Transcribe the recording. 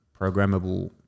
programmable